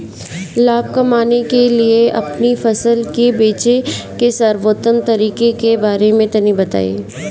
लाभ कमाने के लिए अपनी फसल के बेचे के सर्वोत्तम तरीके के बारे में तनी बताई?